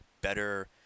better